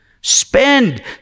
Spend